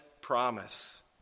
promise